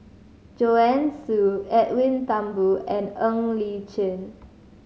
Joanne Soo Edwin Thumboo and Ng Li Chin